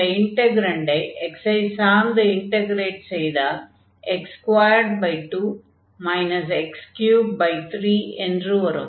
அந்த இன்டக்ரன்டை x ஐ சார்ந்து இன்டக்ரேட் செய்தால் x22 x33 என்று வரும்